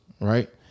right